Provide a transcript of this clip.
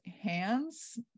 hands